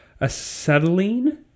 acetylene